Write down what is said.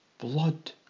Blood